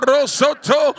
Rosoto